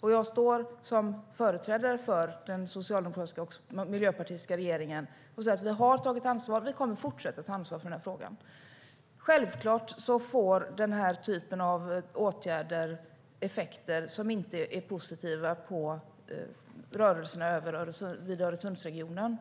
Och jag står som företrädare för den socialdemokratiska och miljöpartistiska regeringen och säger: Vi har tagit ansvar, och vi kommer att fortsätta ta ansvar för den frågan. Självklart får den här typen av åtgärder effekter som inte är positiva för rörelserna i Öresundsregionen.